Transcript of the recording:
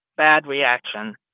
bad reaction,